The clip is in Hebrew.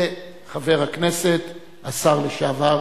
וחבר הכנסת השר לשעבר